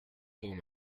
voor